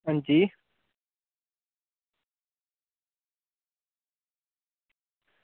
हां जी